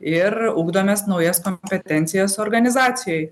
ir ugdomės naujas kompetencijas organizacijoj